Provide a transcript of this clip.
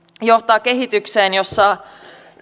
johtaa kehitykseen jossa